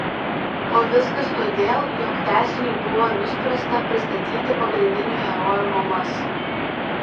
o viskas todėl jog tęsiniui buvo nuspręsta pristatyti pagrindinių herojų mamas